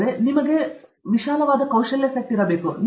ಆದ್ದರಿಂದ ನಿಮ್ಮ ಕೌಶಲ್ಯ ಸೆಟ್ ಇರಬೇಕು